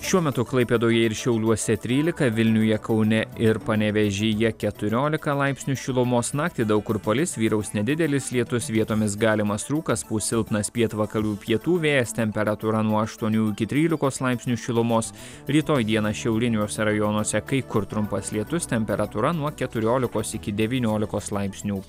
šiuo metu klaipėdoje ir šiauliuose trylika vilniuje kaune ir panevėžyje keturiolika laipsnių šilumos naktį daug kur palis vyraus nedidelis lietus vietomis galimas rūkas pūs silpnas pietvakarių pietų vėjas temperatūra nuo aštuonių iki trylikos laipsnių šilumos rytoj dieną šiauriniuose rajonuose kai kur trumpas lietus temperatūra nuo keturiolikos iki devyniolikos laipsnių